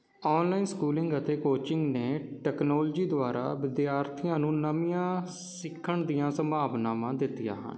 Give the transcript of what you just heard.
online schooling ਅਤੇ coaching ਨੇ technology ਦੁਆਰਾ ਵਿਦਿਆਰਥੀਆਂ ਨੂੰ ਨਵੀਆਂ ਸਿੱਖਣ ਦੀਆਂ ਸੰਭਾਵਨਾਵਾਂ ਦਿੱਤੀਆਂ ਹਨ